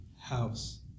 house